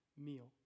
meal